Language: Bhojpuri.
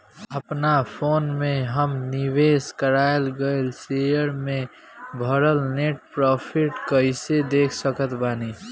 अपना फोन मे हम निवेश कराल गएल शेयर मे भएल नेट प्रॉफ़िट कइसे देख सकत बानी?